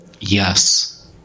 Yes